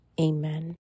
amen